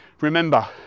Remember